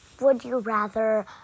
would-you-rather